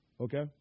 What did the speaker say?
Okay